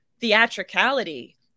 Theatricality